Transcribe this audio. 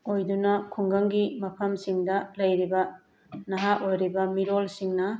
ꯑꯣꯏꯗꯨꯅ ꯈꯨꯡꯒꯪꯒꯤ ꯃꯐꯝꯁꯤꯡꯗ ꯂꯩꯔꯤꯕ ꯅꯍꯥ ꯑꯣꯏꯔꯤꯕ ꯃꯤꯔꯣꯜꯁꯤꯡꯅ